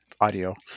audio